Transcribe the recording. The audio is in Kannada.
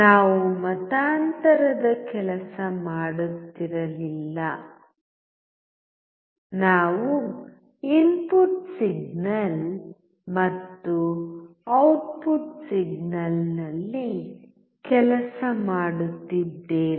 ನಾವು ಮತಾಂತರದ ಕೆಲಸ ಮಾಡುತ್ತಿರಲಿಲ್ಲ ನಾವು ಇನ್ಪುಟ್ ಸಿಗ್ನಲ್ ಮತ್ತು ಔಟ್ಪುಟ್ ಸಿಗ್ನಲ್ನಲ್ಲಿ ಕೆಲಸ ಮಾಡುತ್ತಿದ್ದೇವೆ